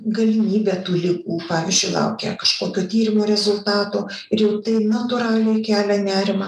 galimybė tų ligų pavyzdžiui laukia kažkokio tyrimo rezultato ir jau tai natūraliai kelia nerimą